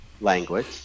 language